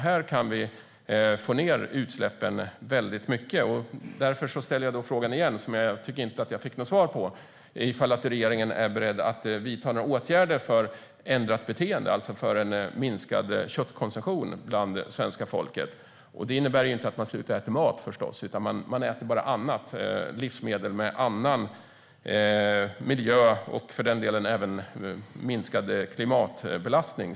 Här kan vi få ned utsläppen väldigt mycket. Därför ställer jag på nytt frågan - jag tyckte inte att jag fick något svar på den - om regeringen är beredd att vidta några åtgärder för ändrat beteende, alltså för en minskad köttkonsumtion hos svenska folket. Det innebär inte att man slutar äta mat, förstås, utan att man äter livsmedel med minskad miljö och klimatbelastning.